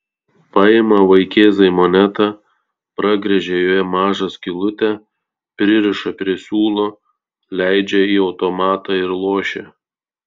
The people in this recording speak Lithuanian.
paima vaikėzai monetą pragręžia joje mažą skylutę pririša prie siūlo leidžia į automatą ir lošia